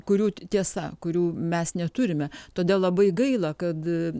kurių tiesa kurių mes neturime todėl labai gaila kad